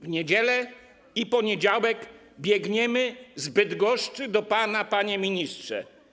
W niedzielę i poniedziałek biegniemy z Bydgoszczy do pana, panie ministrze.